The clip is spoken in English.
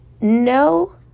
No